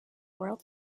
world